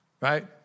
right